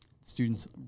students